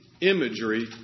imagery